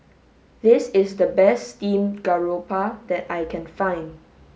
this is the best steamed garoupa that I can find